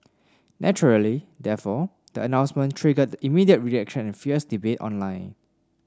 naturally therefore the announcement triggered immediate reaction and fierce debate online